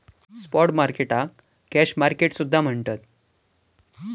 spot मार्केटाक cash market सुद्धा म्हणतत